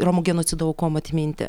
romų genocido aukom atminti